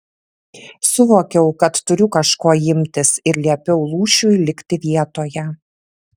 suvokiau kad turiu kažko imtis ir liepiau lūšiui likti vietoje